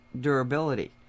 durability